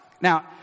now